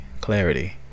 clarity